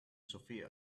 sofia